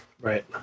Right